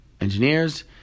engineers